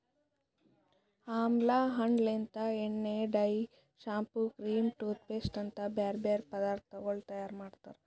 ಆಮ್ಲಾ ಹಣ್ಣ ಲಿಂತ್ ಎಣ್ಣೆ, dye, shampoo, cream, toothpaste ಅಂತ್ ಬ್ಯಾರೆ ಬ್ಯಾರೆ ಪದಾರ್ಥಗೊಳ್ ತೈಯಾರ್ ಮಾಡ್ತಾರ್